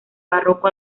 barroco